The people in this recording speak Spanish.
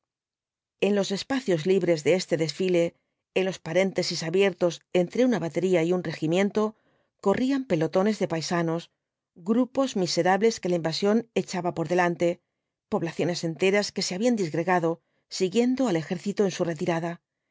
en los espacios libres de este desfile en los paréntesis abiertos entre una batería y un regimiento corrían pelotones de paisanos grupos miserables que la invasión echaba por delante poblacioneü enteras que se habían disgregado siguiendo al ejército en su retirada el